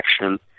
action